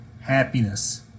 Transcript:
happiness